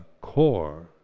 core